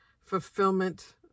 fulfillment